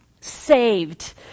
saved